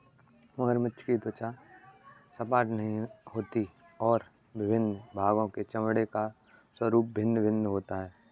मगरमच्छ की त्वचा सपाट नहीं होती और विभिन्न भागों के चमड़े का स्वरूप भिन्न भिन्न होता है